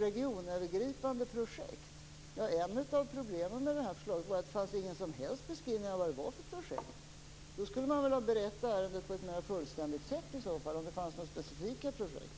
regionövergripande projekt. Ett av problemen med förslaget var att det inte fanns någon som helst beskrivning av vad det var för projekt! Om det fanns några specifika projekt skulle man väl har berett ärendet på ett mer fullständigt sätt?